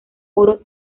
oro